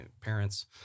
parents